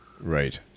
Right